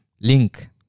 link